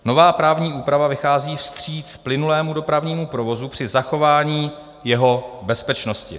Nová právní úprava vychází vstříc plynulému dopravnímu provozu při zachování jeho bezpečnosti.